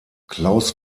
klaus